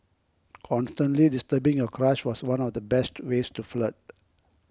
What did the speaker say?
constantly disturbing your crush was one of the best ways to flirt